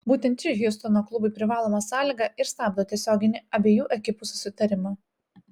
būtent ši hjustono klubui privaloma sąlyga ir stabdo tiesioginį abiejų ekipų susitarimą